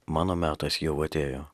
mano metas jau atėjo